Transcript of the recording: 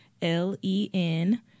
L-E-N